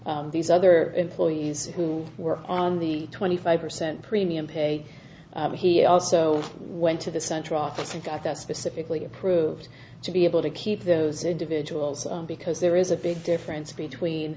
these other employees who were on the twenty five percent premium paid he also went to the central office and got that specifically approved to be able to keep those individuals on because there is a big difference between